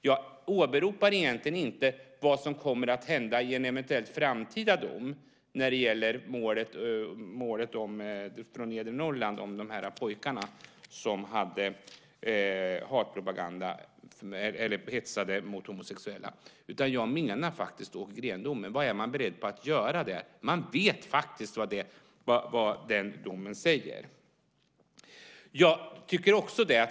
Jag åberopar egentligen inte vad som kommer att hända i en eventuell framtida dom när det gäller målet från nedre Norrland om pojkarna som hetsade mot homosexuella. Jag menar faktiskt domen i Åke Green-fallet. Vad är man beredd att göra där? Man vet vad den domen säger.